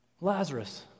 Lazarus